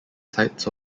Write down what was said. sites